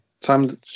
Time